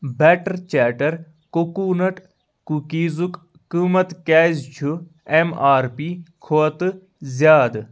better چیٹر coconut کُکیٖزُک قۭمَت کیٛازِ چھ ایم آر پی کھۄتہٕ زیادٕ